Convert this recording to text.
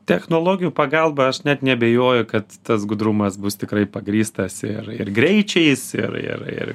technologijų pagalba aš net neabejoju kad tas gudrumas bus tikrai pagrįstas ir ir greičiais ir ir ir